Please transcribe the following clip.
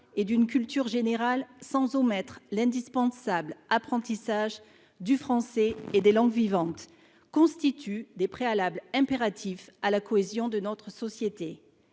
et d'une culture générale, sans omettre l'indispensable apprentissage du français et des langues vivantes, constituent des préalables impératifs à la cohésion de notre société.